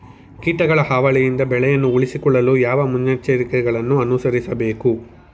ಕೀಟಗಳ ಹಾವಳಿಯಿಂದ ಬೆಳೆಗಳನ್ನು ಉಳಿಸಿಕೊಳ್ಳಲು ಯಾವ ಮುನ್ನೆಚ್ಚರಿಕೆಗಳನ್ನು ಅನುಸರಿಸಬೇಕು?